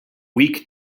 weak